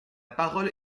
parole